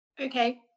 Okay